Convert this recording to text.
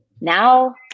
now